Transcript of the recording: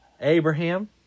Abraham